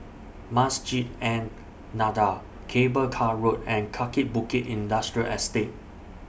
Masjid An Nahdhah Cable Car Road and Kaki Bukit Industrial Estate